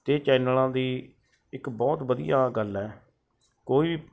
ਇਹ ਚੈਨਲਾਂ ਦੀ ਇੱਕ ਬਹੁਤ ਵਧੀਆ ਗੱਲ ਹੈ ਕੋਈ ਵੀ